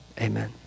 Amen